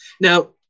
Now